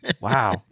Wow